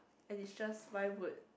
and is just why would